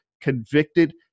convicted